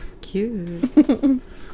Cute